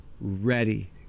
ready